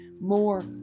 more